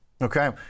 Okay